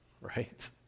right